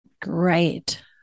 Great